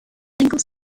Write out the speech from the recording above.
single